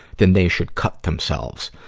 then they should cut themselves.